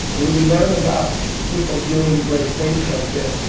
we learn about people doing great things like this,